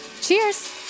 cheers